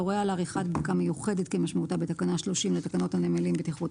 יורה על עריכת בדיקה מיוחדת כמשמעותה בתקנה 30 לתקנות הנמלים בטיחות